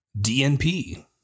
DNP